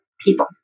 people